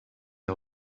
die